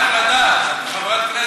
כדאי לך לדעת, את חברת כנסת.